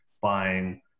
buying